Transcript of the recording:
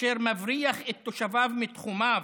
אשר מבריח את תושביו מתחומיו,